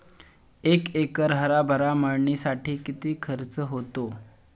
एक एकर हरभरा मळणीसाठी किती खर्च होतो?